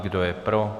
Kdo je pro?